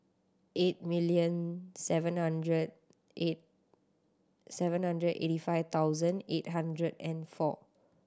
eight million seven hundred eight seven hundred eighty five thousand eight hundred and four